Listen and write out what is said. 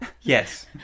Yes